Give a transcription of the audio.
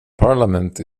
parliament